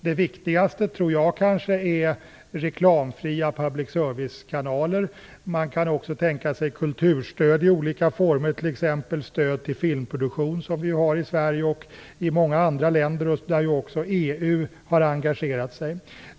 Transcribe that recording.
Jag tror att det viktigaste kanske är reklamfria public servicekanaler. Man kan också tänka sig kulturstöd i olika former - t.ex. stöd till filmproduktion, som vi har i Sverige, liksom är fallet i många andra länder. Även EU har engagerat sig där.